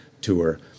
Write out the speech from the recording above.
tour